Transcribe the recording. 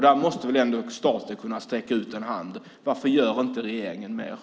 Där måste väl ändå staten kunna sträcka ut en hand. Varför gör regeringen inte mer?